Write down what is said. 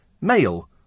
male